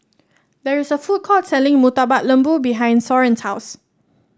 there is a food court selling Murtabak Lembu behind Soren's house